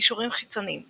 קישורים חיצוניים